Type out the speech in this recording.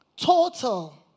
Total